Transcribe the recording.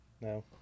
no